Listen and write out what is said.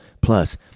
Plus